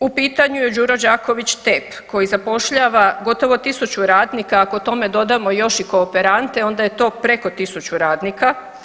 U pitanju je Đuro Đaković TEP koji zapošljava gotovo 1000 radnika, ako tome dodamo još i kooperante onda je to preko 1000 radnika.